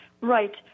Right